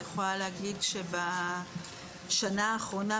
אני יכולה להגיד שבשנה האחרונה,